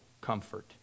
comfort